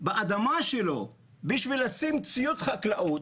באדמה שלו בשביל לשים ציוד חקלאי,